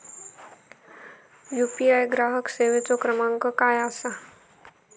UPI ग्राहक सेवेचो क्रमांक काय असा?